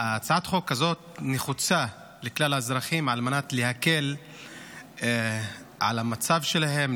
הצעת החוק הזאת נחוצה לכלל האזרחים על מנת להקל על המצב שלהם,